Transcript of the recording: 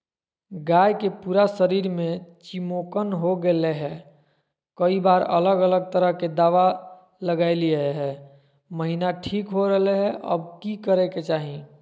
गाय के पूरा शरीर में चिमोकन हो गेलै है, कई बार अलग अलग तरह के दवा ल्गैलिए है महिना ठीक हो रहले है, अब की करे के चाही?